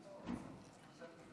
שלוש דקות